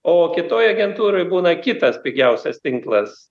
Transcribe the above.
o kitoj agentūroj būna kitas pigiausias tinklas